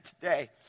today